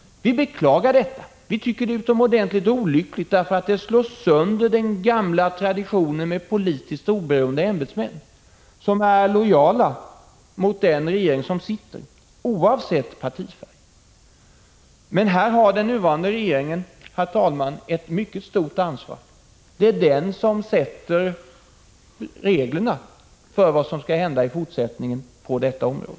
Vi beklagar detta. Vi tycker det är utomordentligt olyckligt, därför att det slår sönder den gamla traditionen med politiskt oberoende ämbetsmän som är lojala mot den regering som sitter, oavsett dess partifärg. Här har den nuvarande regeringen, herr talman, ett mycket stort ansvar. Det är den som utformar förutsättningarna för vad som skall hända i fortsättningen på detta område.